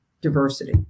diversity